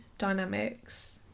dynamics